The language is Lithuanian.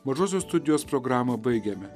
mažosios studijos programą baigiame